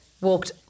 walked